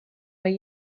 way